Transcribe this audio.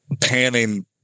panning